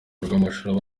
rw’amashuri